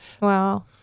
Wow